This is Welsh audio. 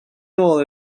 nôl